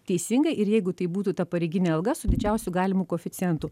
teisingai ir jeigu tai būtų ta pareiginė alga su didžiausiu galimu koeficientu